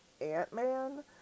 Ant-Man